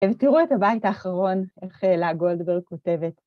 ותראו את הבית האחרון, איך לאה גולדברג כותבת.